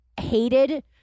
hated